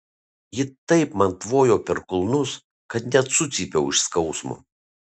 ji taip man tvojo per kulnus kad net sucypiau iš skausmo